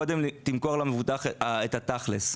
קודם תמכור למבוטח את הבסיס.